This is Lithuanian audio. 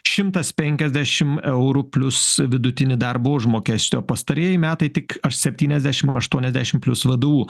šimtas penkiasdešimt eurų plius vidutinį darbo užmokestį o pastarieji metai tik aš septyniasdešimt ašuoniasdešimt plius vdu